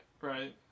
right